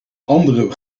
andere